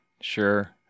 Sure